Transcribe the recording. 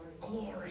Glory